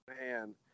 man